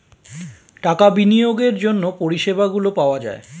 টাকা বিনিয়োগের জন্য পরিষেবাগুলো পাওয়া যায়